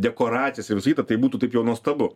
dekoracijas ir visa kita tai būtų taip jau nuostabu